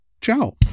Ciao